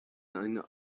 eine